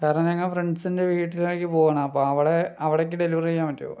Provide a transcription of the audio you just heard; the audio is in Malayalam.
കാരണം ഞങ്ങൾ ഫ്രണ്ട്സിൻ്റെ വീട്ടിലേക്ക് പോവുകയാണ് അപ്പോൾ അവിടെ അവിടേക്ക് ഡെലിവറി ചെയ്യാൻ പറ്റുമോ